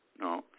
no